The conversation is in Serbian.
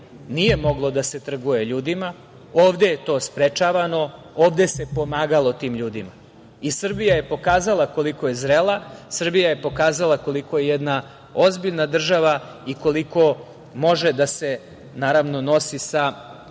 nije moglo da se trguje ljudima, ovde je to sprečavano, ovde se pomagalo tim ljudima. Srbija je pokazala koliko je zrela. Srbija je pokazala koliko je jedna ozbiljna država i koliko može da se, naravno, nosi sa